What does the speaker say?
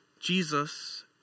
Jesus